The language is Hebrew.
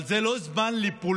אבל זה לא זמן לפוליטיקה,